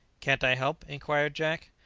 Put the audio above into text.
can't i help? inquired jack.